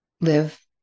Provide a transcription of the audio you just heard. live